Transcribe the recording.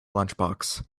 lunchbox